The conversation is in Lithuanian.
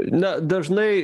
na dažnai